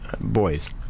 boys